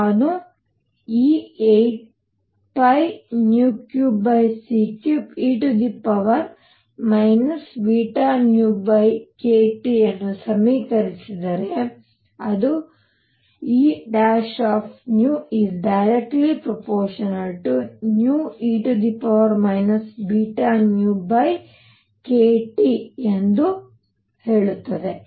ನಾನು ಈ 8π3c3e βνkT ಅನ್ನು ಸಮೀಕರಿಸಿದರೆ ಅದು E∝νe βνkTಎಂದು ಹೇಳುತ್ತದೆ